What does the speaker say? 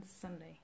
Sunday